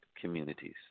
communities